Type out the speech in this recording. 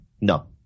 No